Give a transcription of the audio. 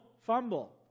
fumble